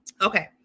Okay